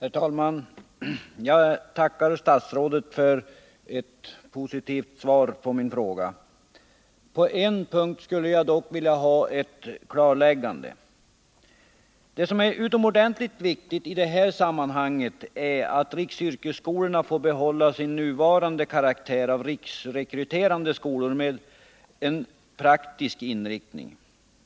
Herr talman! Jag tackar statsrådet för ett positivt svar på min fråga. På en punkt skulle jag dock vilja ha ett klarläggande. Det som är utomordentligt viktigt i det här sammanhanget är att riksyrkesskolorna får behålla sin nuvarande karaktär av riksrekryterande skolor med praktisk inriktning.